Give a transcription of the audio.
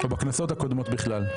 או בכנסות הקודמות בכלל.